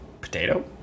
potato